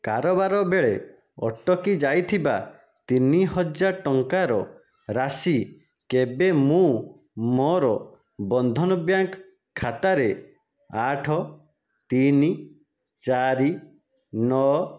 କାରବାର ବେଳେ ଅଟକି ଯାଇଥିବା ତିନି ହଜାର ଟଙ୍କାର ରାଶି କେବେ ମୁଁ ମୋର ବନ୍ଧନ ବ୍ୟାଙ୍କ ଖାତାରେ ଆଠ ତିନି ଚାରି ନଅ